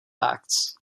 acts